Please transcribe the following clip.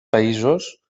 països